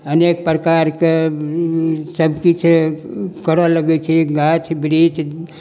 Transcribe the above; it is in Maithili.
अनेक प्रकारके सभकिछु करय लगै छै गाछ वृक्ष